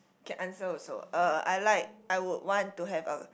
can answer also uh I like I would want to have a